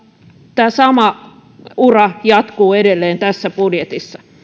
tämä sama ura jatkuu edelleen tässä budjetissa